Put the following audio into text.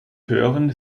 hören